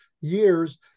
years